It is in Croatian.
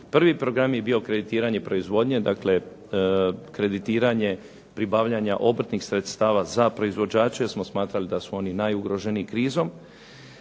Prvi program je bio kreditiranje proizvodnje, dakle kreditiranje pribavljanja obrtnih sredstava za proizvođače, jer smo smatrali da u oni najugroženiji krizom.